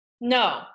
No